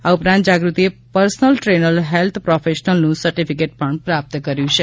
આ ઉપરાંત જાગૃતિએ પર્સનલ દ્રેનર હેલ્થ પ્રોફેશનલનું સર્ટિફિકેટ પણ પ્રાપ્ત કર્યું છે